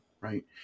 right